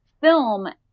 film